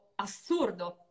assurdo